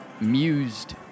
mused